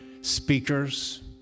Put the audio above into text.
speakers